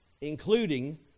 including